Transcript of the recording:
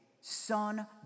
son